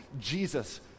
Jesus